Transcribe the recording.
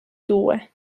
due